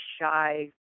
shy